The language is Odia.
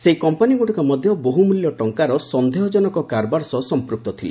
ସେହି କମ୍ପାନୀଗୁଡ଼ିକ ମଧ୍ୟ ବହୁ ମୂଲ୍ୟ ଟଙ୍କାର ସନ୍ଦେହ ଜନକ କାରବାର ସହ ସମ୍ପକ୍ତ ଥିଲେ